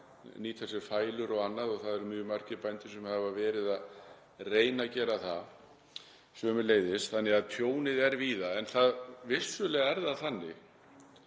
reynt að nýta sér fælur og annað. Það eru mjög margir bændur sem hafa verið að reyna að gera það sömuleiðis þannig að tjónið er víða en vissulega er það þannig